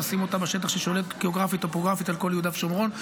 לשים אותה בשטח ששולט גיאוגרפית-טופוגרפית על כל יהודה ושומרון.